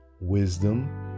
wisdom